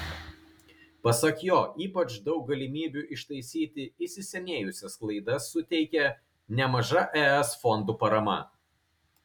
pasak jo ypač daug galimybių ištaisyti įsisenėjusias klaidas suteikė nemaža es fondų parama